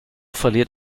verliert